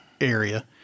area